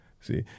See